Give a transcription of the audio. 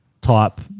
type